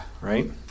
right